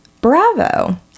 Bravo